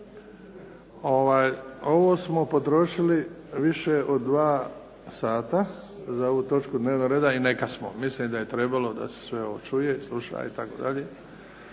ovo smo potrošili više od dva sata, za ovu točku dnevnog reda i neka smo. Mislim da je trebalo da se sve ovo čuje, sluša, itd.